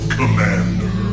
commander